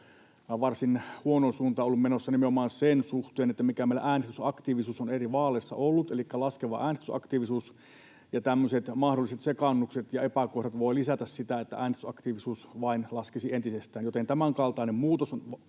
varsin huonoon suuntaan ollut menossa nimenomaan sen suhteen, mikä meillä äänestysaktiivisuus on eri vaaleissa ollut, elikkä laskeva äänestysaktiivisuus, ja tämmöiset mahdolliset sekaannukset ja epäkohdat voivat lisätä sitä, että äänestysaktiivisuus vain laskisi entisestään. Joten tämänkaltainen muutos on